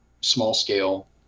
small-scale